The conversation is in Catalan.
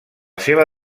seva